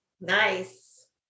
Nice